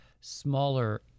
smaller